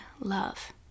love